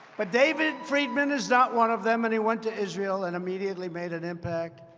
but david friedman is not one of them. and he went to israel and immediately made an impact.